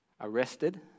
Arrested